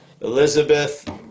Elizabeth